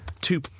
two